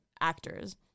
actors